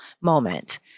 moment